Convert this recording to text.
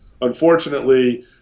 unfortunately